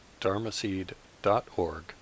dharmaseed.org